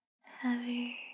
heavy